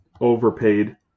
overpaid